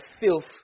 filth